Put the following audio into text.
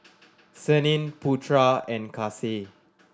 Senin Putra and Kasih